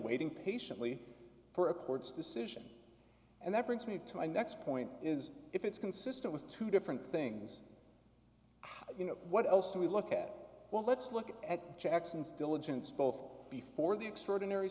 waiting patiently for a court's decision and that brings me to my next point is if it's consistent with two different things you know what else to look at well let's look at jackson's diligence both before the extraordinary